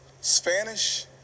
Spanish